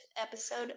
episode